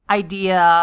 idea